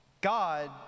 God